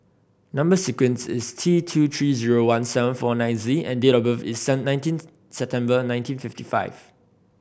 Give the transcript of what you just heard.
number sequence is T two three zero one seven four nine Z and date of birth is nineteen September nineteen fifty five